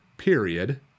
period